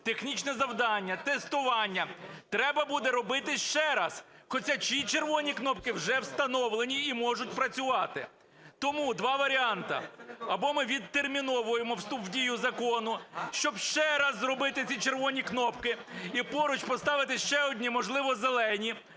технічне завдання, тестування, треба буде робити ще раз, хоча ці червоні кнопки вже встановлені і можуть працювати. Тому два варіанти. Або ми відтерміновуємо вступ в дію Закону, щоб ще раз зробити ці червоні кнопки і поруч поставити ще одні, можливо, зелені,